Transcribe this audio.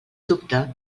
dubte